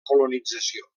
colonització